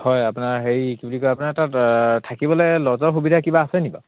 হয় আপোনাৰ হেৰি কি বুলি কয় আপোনাৰ তাত থাকিবলে ল'জৰ সুবিধা কিবা আছে নি বাৰু